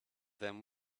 them